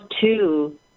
two